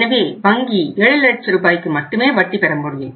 எனவே வங்கி 7 லட்ச ரூபாய்க்கு மட்டுமே வட்டி பெற முடியும்